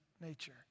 nature